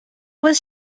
was